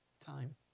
time